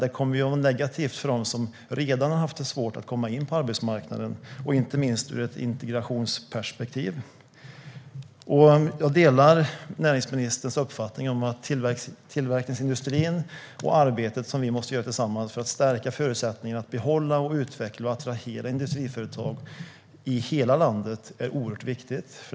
Det kommer att vara negativt för dem som redan har haft det svårt att komma in på arbetsmarknaden. Det gäller inte minst ur ett integrationsperspektiv. Jag delar näringsministerns uppfattning om tillverkningsindustrin och att arbetet som vi måste göra tillsammans för att stärka förutsättningarna att behålla, utveckla och attrahera industriföretag i hela landet är oerhört viktigt.